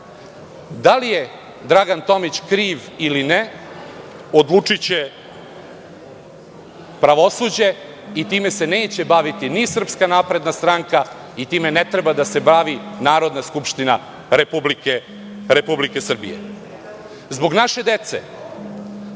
DS.Da li je Dragan Tomić kriv ili ne odlučiće pravosuđe i time se neće baviti ni SNS i time ne treba da se bavi Narodna skupštine Republike Srbije. Zbog naše dece,